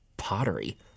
pottery